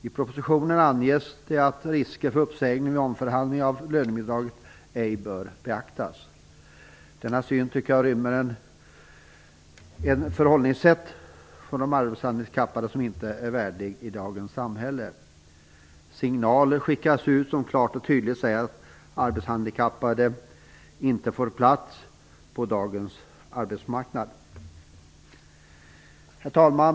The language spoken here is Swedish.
I propositionen anges det att risker för uppsägning vid omförhandling av lönebidraget ej bör beaktas. Jag tycker att denna syn rymmer ett förhållningssätt när det gäller arbetshandikappade som ej är värdigt dagens samhälle. Signaler skickas ut som klart och tydligt säger att arbetshandikappade inte får plats på dagens arbetsmarknad. Herr talman!